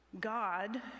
God